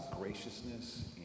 graciousness